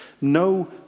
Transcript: No